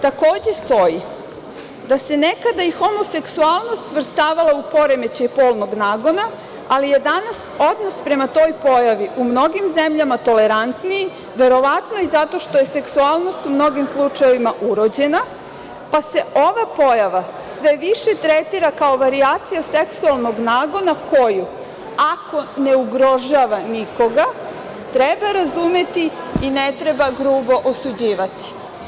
Takođe stoji da se nekada i homoseksualnost svrstavala u poremećaj polnog nagona, ali je danas odnos prema toj pojavi u mnogim zemljama tolerantniji, verovatno i zato što je homoseksualnost u mnogim slučajevima urođena pa se ova pojava sve više tretira kao varijacija seksualnog nagona koju, ako ne ugrožava nikoga, treba razumeti i ne treba grubo osuđivati.